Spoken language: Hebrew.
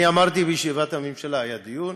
אני אמרתי בישיבת הממשלה, היה דיון,